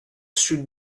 should